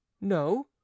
No